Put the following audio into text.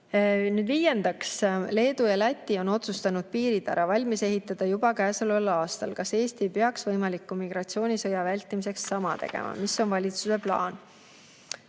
Viiendaks: "Leedu ja Läti on otsustanud piiritara valmis ehitada juba käesoleval aastal. Kas Eesti ei peaks võimaliku migratsioonisõja vältimiseks sama tegema? Mis on valitsuse plaan?"